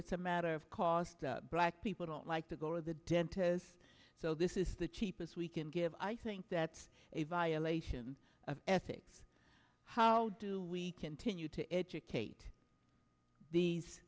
it's a matter of cost black people don't like to go to the dentist so this is the cheapest we can give i think that's a violation of ethics how do we continue to educate these